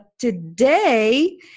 today